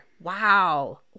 Wow